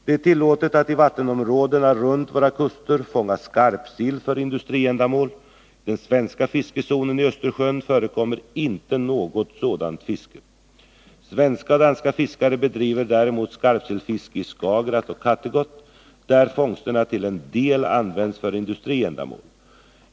Det är tillåtet att i vattenområdena runt våra kuster fånga skarpsill för industriändamål. I den svenska fiskezonen i Östersjön förekommer inte något sådant fiske. Svenska och danska fiskare bedriver däremot skarpsillfiske i Skagerack och Kattegatt, där fångsterna till en del används för industriändamål.